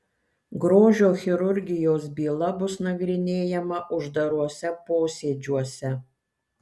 grožio chirurgijos byla bus nagrinėjama uždaruose posėdžiuose